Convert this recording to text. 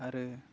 आरो